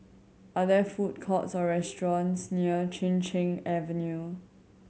are there food courts or restaurants near Chin Cheng Avenue